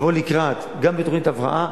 לבוא לקראת גם בתוכנית הבראה,